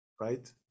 Right